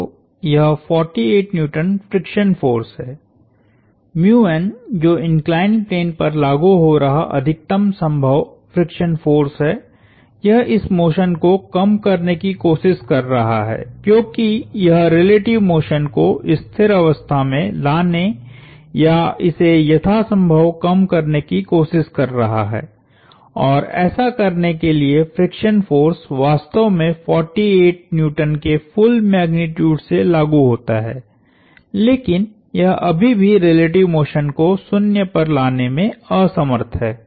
तो यह 48 N friction force हैजो इंक्लाइंड प्लेन पर लागु हो रहा अधिकतम संभव फ्रिक्शन फोर्स है यह इस मोशन को कम करने की कोशिश कर रहा है क्योंकि यह रिलेटिव मोशन को स्थिर अवस्था में लाने या इसे यथासंभव कम करने की कोशिश कर रहा है और ऐसा करने के लिए फ्रिक्शन फोर्स वास्तव में 48N के फुल मैग्नीट्यूड से लागु होता है लेकिन यह अभी भी रिलेटिव मोशन को 0 पर लाने में असमर्थ है